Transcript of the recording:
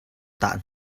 tah